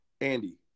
andy